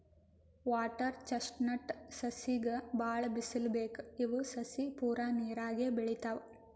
water chestnut ಸಸಿಗ್ ಭಾಳ್ ಬಿಸಲ್ ಬೇಕ್ ಇವ್ ಸಸಿ ಪೂರಾ ನೀರಾಗೆ ಬೆಳಿತಾವ್